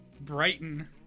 Brighton